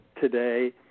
today